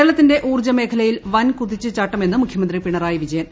കേരളത്തിന്റെ ഊർജ്ജ് മേഖലയിൽ വൻകുതിച്ചു ചാട്ടമെന്ന് മുഖ്യമന്ത്രി പിണറായി വിജ്യൻ